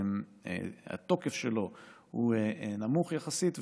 שהתוקף שלו הוא קצר יחסית.